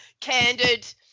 Candid